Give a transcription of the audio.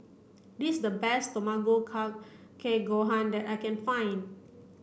this is the best Tamago Kake Gohan that I can find